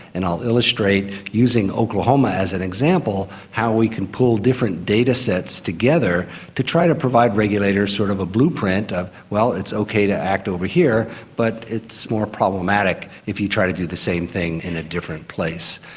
and i'll illustrate using oklahoma as an example how we can pull different datasets together to try to provide regulators sort of a blueprint of, well, it's okay to act over here but it's more problematic if you try to do the same thing in a different place.